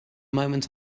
moment